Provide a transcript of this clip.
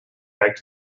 back